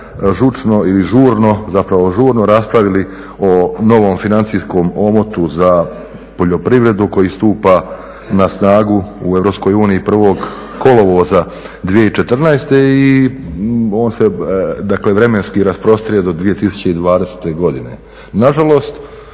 evo ovo 2014.godina žurno raspravili o novom financijskom omotu za poljoprivredu koji stupa na snagu u EU 1.kolovoza 2014.i on se vremenski rasprostire do 2020.godine.